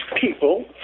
people